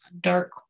dark